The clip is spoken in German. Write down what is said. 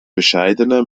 bescheidener